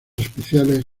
especiales